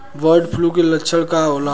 Bird flu के लक्षण का होला?